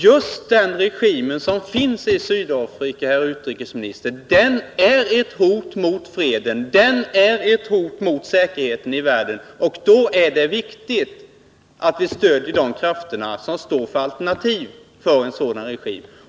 Just den regim som finns i Sydafrika är, herr utrikesminister, ett hot mot freden och säkerheten i världen, och då är det viktigt att vi stödjer de Nr 30 krafter som står för alternativet till en sådan regim.